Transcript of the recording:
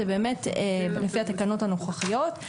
זה באמת לפי התקנות הנוכחיות,